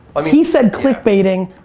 um he said clickbaiting.